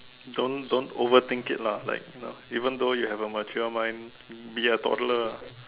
don't don't overthink it lah like you know even though you have a mature mind be a toddler ah